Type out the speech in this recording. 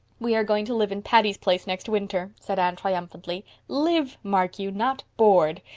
we are going to live in patty's place next winter, said anne triumphantly. live, mark you, not board!